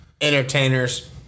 entertainers